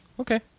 Okay